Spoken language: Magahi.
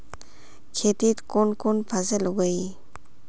खेतीत कुन कुन फसल उगेई?